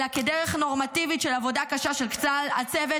אלא כדרך נורמטיבית של עבודה קשה של כלל הצוות